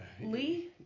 Lee